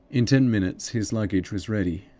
in ten minutes his luggage was ready,